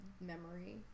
memory